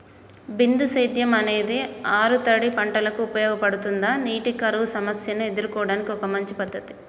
బిందు సేద్యం అనేది ఆరుతడి పంటలకు ఉపయోగపడుతుందా నీటి కరువు సమస్యను ఎదుర్కోవడానికి ఒక మంచి పద్ధతి?